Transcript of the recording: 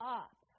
up